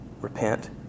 repent